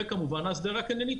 וכמובן ההסדרה הקניינית.